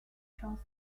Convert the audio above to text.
charles